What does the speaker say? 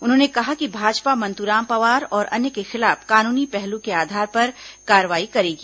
उन्होंने कहा कि भाजपा मंतूराम पवार और अन्य के खिलाफ कानूनी पहलू के आधार पर कार्रवाई करेगी